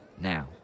Now